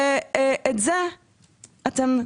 את זה אתם תיקחו,